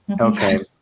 okay